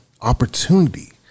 opportunity